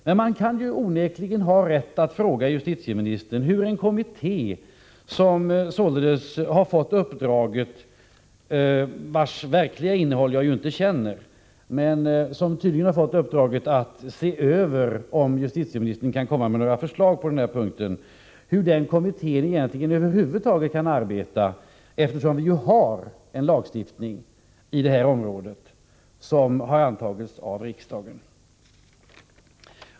Men man har onekligen rätt att fråga justitieministern hur en kommitté över huvud taget kan få i uppdrag — det har den tydligen fått, även om jag inte känner till det verkliga innehållet i uppdraget — att se över om justitieministern kan framlägga några förslag på det här området när vi på området har en lagstiftning som antagits av riksdagen.